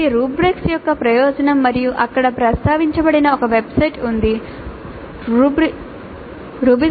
ఇది రుబ్రిక్స్ యొక్క ప్రయోజనం మరియు అక్కడ ప్రస్తావించబడిన ఒక వెబ్సైట్ ఉంది rubistar